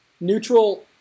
Neutral